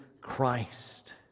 Christ